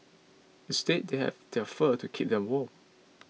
instead they have their fur to keep them warm